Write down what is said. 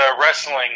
wrestling